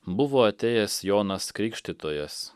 buvo atėjęs jonas krikštytojas